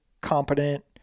competent